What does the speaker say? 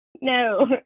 no